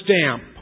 stamp